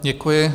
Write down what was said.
Děkuji.